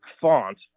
font